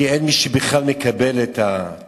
כי אין מי שבכלל מקבל את התוכניות.